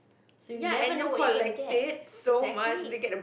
so you never know what you're gonna get exactly